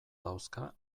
dauzka